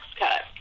cut